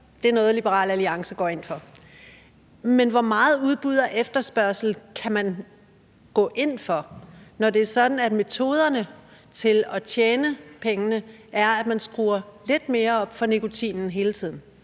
Det er noget, Liberal Alliance går ind for, men hvor meget udbud og efterspørgsel kan man gå ind for, når det er sådan, at metoderne til at tjene pengene er, at man skruer lidt mere op for nikotinen hele tiden.